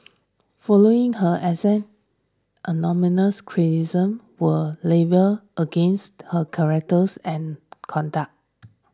following her axing anonymous criticisms were levelled against her characters and conduct